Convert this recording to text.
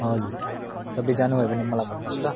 हजुर तपाईँ जानुभयो भने मलाई भन्नुहोस् ल